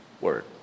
word